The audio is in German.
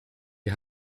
die